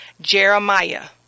Jeremiah